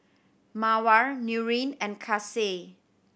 Mawar Nurin and Kasih